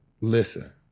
listen